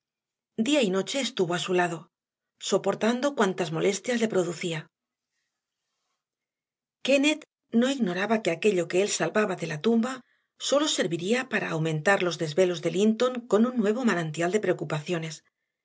día y noche estuvo a su lado soportando cuantas molestias le producía kennett no ignoraba que aquello que él salvaba de la tumba sólo serviría para aumentar los desvelos de linton con un nuevo manantial de preocupaciones